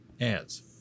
ads